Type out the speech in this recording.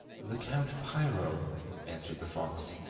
the count piro answered the fox.